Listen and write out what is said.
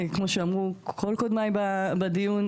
כמו שאמרו כל קודמיי בדיון,